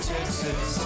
Texas